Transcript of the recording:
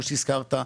כמו שהזכרת,